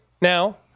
Now